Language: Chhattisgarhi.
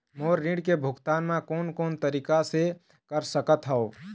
मोर ऋण के भुगतान म कोन कोन तरीका से कर सकत हव?